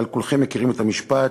אבל כולכם מכירים את המשפט: